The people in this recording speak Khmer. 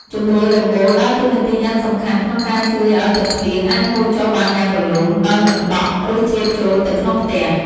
ជម្រាលដំបូលដើរតួនាទីយ៉ាងសំខាន់ក្នុងការជួយឲ្យទឹកភ្លៀងអាចហូរចុះបានយ៉ាងរលូន ដោយមិនដក់ ឬជ្រាបចូលទៅក្នុងផ្ទះ។